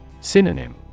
Synonym